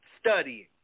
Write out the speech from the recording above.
studying